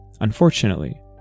Unfortunately